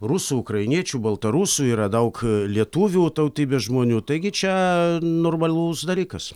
rusų ukrainiečių baltarusių yra daug lietuvių tautybės žmonių taigi čia normalus dalykas